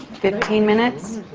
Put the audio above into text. fifteen minutes.